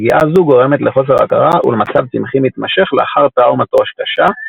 פגיעה זו גורמת לחוסר הכרה ולמצב צמחי מתמשך לאחר טראומת ראש קשה,